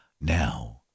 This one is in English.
Now